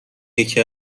یکی